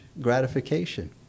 gratification